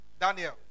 Daniel